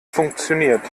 funktioniert